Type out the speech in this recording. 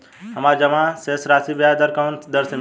हमार जमा शेष पर ब्याज कवना दर से मिल ता?